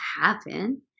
happen